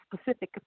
specific